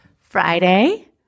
Friday